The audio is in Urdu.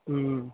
ہوں